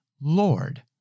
Lord